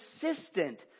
consistent